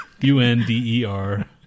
U-N-D-E-R